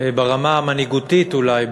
ברמה המנהיגותית אולי,